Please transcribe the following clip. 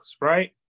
right